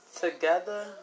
Together